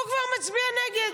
הוא כבר מצביע נגד,